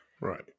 Right